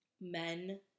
men